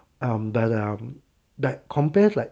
um like the that compared like